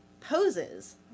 poses